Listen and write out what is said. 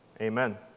Amen